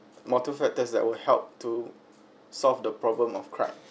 more two factors that will help to solve the problem of crab